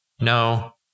no